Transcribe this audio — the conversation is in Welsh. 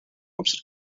amser